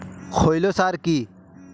খৈল সার কি?